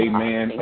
Amen